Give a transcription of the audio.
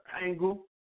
Angle